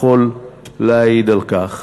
יכול להעיד על כך,